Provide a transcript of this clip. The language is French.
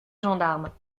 gendarme